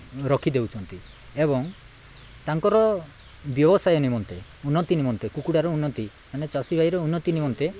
ରଖିଦେଉଛନ୍ତି ଏବଂ ତାଙ୍କର ବ୍ୟବସାୟ ନିମନ୍ତେ ଉନ୍ନତି ନିମନ୍ତେ କୁକୁଡ଼ାର ଉନ୍ନତି ମାନେ ଚାଷୀ ଭାଇର ଉନ୍ନତି ନିମନ୍ତେ